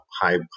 high